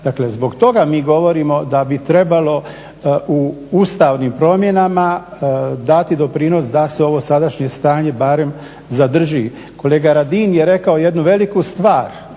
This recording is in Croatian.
Dakle zbog toga mi govorimo da bi trebalo u ustavnim promjenama dati doprinos da se ovo sadašnje stanje barem zadrži. Kolega Radin je rekao jednu veliku stvar